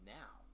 now